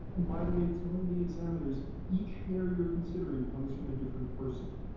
and by the way, telling the examiners each hair you're considering comes from a different person.